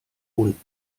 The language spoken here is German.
unten